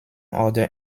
order